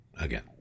again